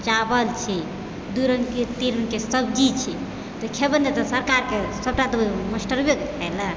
चावल छियै दू रङ्गके तीन रङ्गके सब्जी छियै तऽ खेबै नहि तऽ सरकारके सभटा तऽ उ मास्टरबे खैते ने